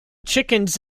chickens